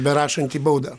berašantį baudą